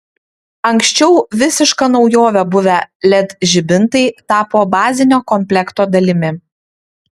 anksčiau visiška naujove buvę led žibintai tapo bazinio komplekto dalimi